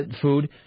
food